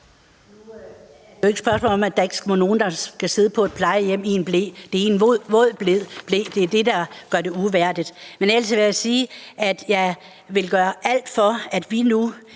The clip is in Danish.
er det jo ikke spørgsmålet om, at der ikke må være nogen, der skal sidde på et plejehjem i en ble – det er i en våd ble, og det er det, der gør det uværdigt. Men ellers vil jeg sige, at jeg vil gøre alt for, at vi nu